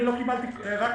אני לא קיבלתי כפל,